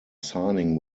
signing